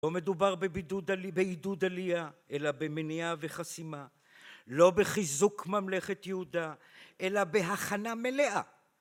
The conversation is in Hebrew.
לא מדובר בעידוד עלייה, אלא במניעה וחסימה. לא בחיזוק ממלכת יהודה, אלא בהכנה מלאה.